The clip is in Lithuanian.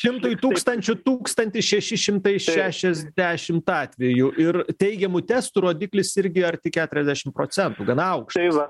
šimtui tūkstančių tūkstantis šeši šimtai šešiasdešimt atvejų ir teigiamų testų rodiklis irgi arti keturiadešim procentų gana aukštas